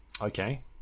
okay